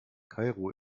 kairo